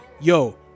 yo